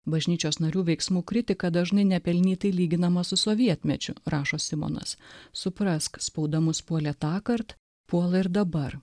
bažnyčios narių veiksmų kritika dažnai nepelnytai lyginama su sovietmečiu rašo simonas suprask spauda mus puolė tąkart puola ir dabar